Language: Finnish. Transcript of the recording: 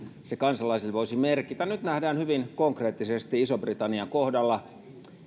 se kansalaisille voisi merkitä nyt nähdään hyvin konkreettisesti ison britannian kohdalla